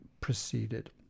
proceeded